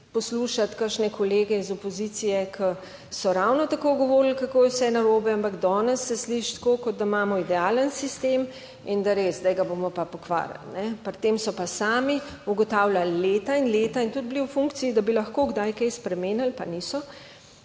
poslušati kakšne kolege iz opozicije, ki so ravno tako govorili, kako je vse narobe, ampak danes se sliši tako, kot da imamo idealen sistem in da res zdaj ga bomo pa pokvarili. Pri tem so pa sami ugotavljali leta in leta in tudi bili v funkciji, da bi lahko kdaj kaj spremenili, pa niso,